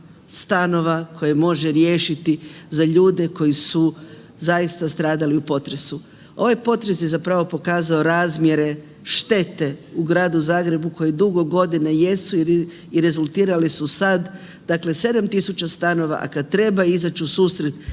stanova koje može riješiti za ljude koji su zaista stradali u potresu. Ovaj potres je zapravo pokazao razmjere štete u Gradu Zagrebu koji dugo godina jesu i rezultirali su sad, dakle 7000 stanova, a kad treba izać u susret